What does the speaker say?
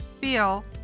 feel